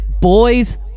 Boys